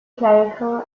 clerical